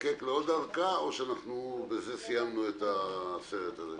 נצטרך עוד ארכה, או בזה סיימתם את הסרט הזה?